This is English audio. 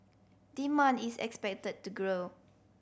demand is expected to grow